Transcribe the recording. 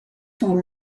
sont